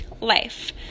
Life